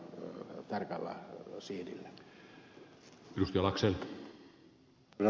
herra puhemies